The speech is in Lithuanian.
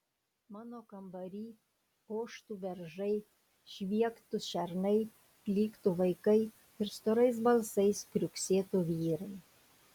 mano kambary oštų beržai žviegtų šernai klyktų vaikai ir storais balsais kriuksėtų vyrai